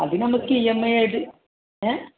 അത് നമുക്ക് E M I ആയിട്ട് ഏ